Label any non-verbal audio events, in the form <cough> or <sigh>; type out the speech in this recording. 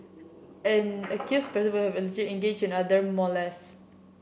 an accused person <unintelligible> engaged in other molest